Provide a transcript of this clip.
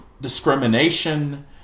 discrimination